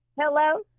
hello